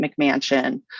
McMansion